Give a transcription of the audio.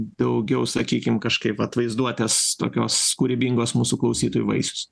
daugiau sakykim kažkaip vat vaizduotės tokios kūrybingos mūsų klausytojų vaisius